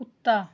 ਕੁੱਤਾ